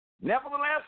Nevertheless